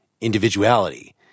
individuality